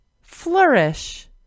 flourish